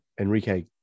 enrique